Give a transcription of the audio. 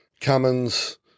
Cummins